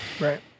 Right